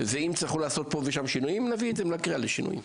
ואם יצטרכו לעשות שינויים נביא את זה עם הקריאה לשינויים.